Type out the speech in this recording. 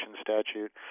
statute